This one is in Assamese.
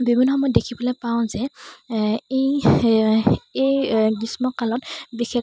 বিভিন্ন সময়ত দেখিবলৈ পাওঁ যে এই এই গ্ৰীষ্মকালত বিশেষকৈ